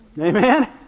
Amen